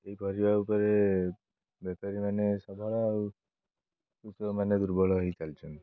ଏହି ପରିବା ଉପରେ ବେପାରୀମାନେ ସବଳ ଆଉ କୃଷକମାନେ ଦୁର୍ବଳ ହୋଇ ଚାଲିଛନ୍ତି